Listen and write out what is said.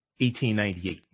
1898